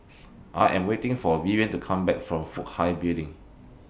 I Am waiting For Vivienne to Come Back from Fook Hai Building